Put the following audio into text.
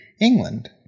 England